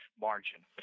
margin